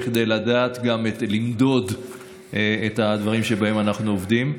כדי לדעת גם למדוד את הדברים שעליהם אנחנו עובדים.